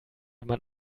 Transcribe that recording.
man